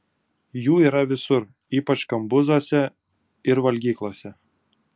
jų yra visur ypač kambuzuose ir valgyklose